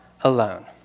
alone